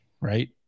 Right